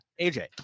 AJ